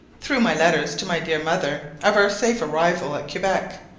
through my letters to my dear mother, of our safe arrival at quebec,